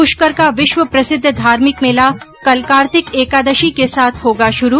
पुष्कर का विश्व प्रसिद्ध धार्मिक मेला कल कार्तिक एकादशी के साथ होगा शुरू